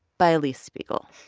by alix spiegel